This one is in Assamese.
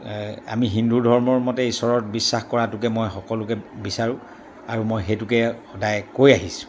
আমি হিন্দু ধৰ্মৰ মতে ঈশ্বৰত বিশ্বাস কৰাটোকে মই সকলোকে বিচাৰোঁ আৰু মই সেইটোকে সদায় কৈ আহিছোঁ